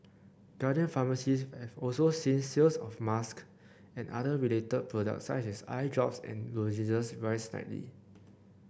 Guardian pharmacies have also seen sales of masks and other related products such as eye drops and lozenges rise slightly